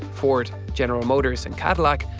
ford, general motors and cadillac,